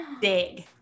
big